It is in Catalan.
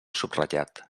subratllat